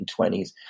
1920s